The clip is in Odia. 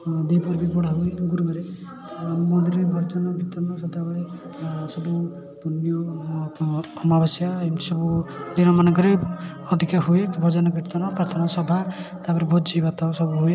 ଦ୍ୱପହରରେ ବି ପଢ଼ାହୁଏ ଗୁରୁବାରରେ ମନ୍ଦିରରେ ଭଜନ କୀର୍ତ୍ତନ ସଦାବେଳେ ସବୁ ପୂର୍ଣ୍ଣିମା ଅମାବାସ୍ୟା ଏସବୁ ଦିନମାନଙ୍କରେ ଅଧିକା ହୁଏ ଭଜନକୀର୍ତ୍ତନ ପ୍ରାର୍ଥନାସଭା ତା'ପରେ ଭୋଜିଭାତ ସବୁହୁଏ